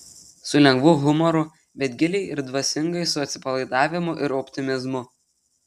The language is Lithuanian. su lengvu humoru bet giliai ir dvasingai su atsipalaidavimu ir optimizmu